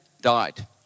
died